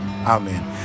amen